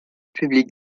publique